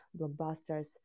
blockbusters